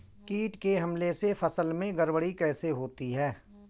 कीट के हमले से फसल में गड़बड़ी कैसे होती है?